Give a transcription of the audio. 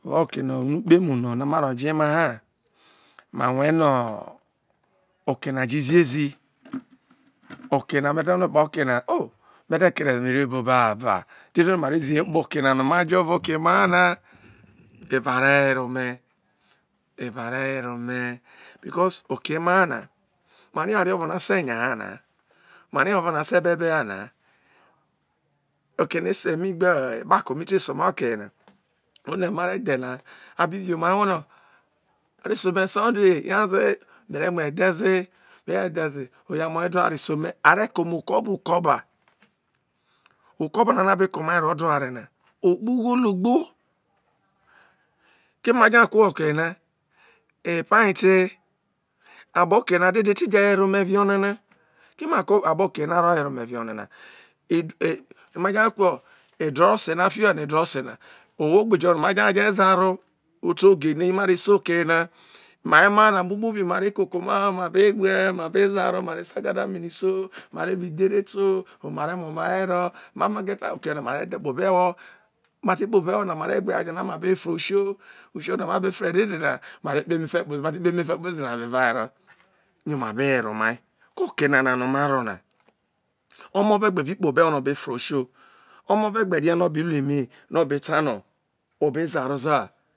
Wo họ oke no ukpe mu no ma ro jo emaha ma rue no oke na jọ zie zi oke na abe tanu epo oke na o me te keria mere bo baba dede no mare ziye po oke na. mo ma jo evao oke ema ha na eva re were ome eva re were ome becaise oke ameaha na marie oware ovo no ase eya ha na marie oware ovo no a se ebede ha na, okera ese, mi gbe ekpako mi te se omai okeye na one mare ghe na abi vi omai uwo nọ a tese o mai sunday nyaze me re mu edheze me je edheze mọ ye de oware se ome a re kome uko ba ukoba, ukoba na be ko me ro de aware na o kpu ugho logbo. keme eme ma je ha ku ho okeye na epai te akpo oke ye na dede te je were ome vi onewa na keme akpo okeye na ro were ome, vi one na a je ha kuo edrose na fio na edrose owo ogbe jo no ma je ha jo zari oto ogene ma re se, oke ye na mai ema ha na kpo kpo bi ma re kọkọ oma ho we ma be za rọ ma re se aga da mi ni so ma re bi ahere eto oma oma re mu omai ewero ma je ta oki ye na ma re dhe kpo oko ewo mia te kpọ obe wọ na ma re ti bru oware jo no ma be he fve usio usi o no ma be fre dede na mare kpe emefe kpozi mati kpe emefe kpozi eva re mv oma, ewero yo oma be were omai ko oke na na nọ maro na omo be gbe be kpo obo ewo no o be fre usio omo ve gbe rie no obi lu eme nọ ọ be ta no o be zaro za.